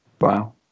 wow